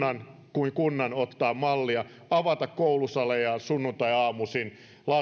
kuin kunnan ottaa mallia avata koulusalejaan sunnuntaiaamuisin